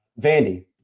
Vandy